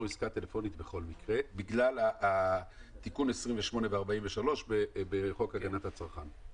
עסקה טלפונית בכל מקרה בגלל התיקון 28 ו-43 בחוק הגנת הצרכן,